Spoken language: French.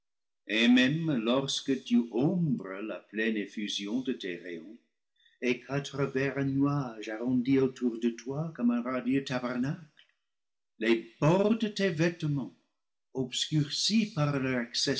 et même lorsque tu ombres la pleine effusion de tes rayons et qu'à travers un nuage arrondi autour de toi comme un radieux tabernacle les bords de les vêtements obscurcis par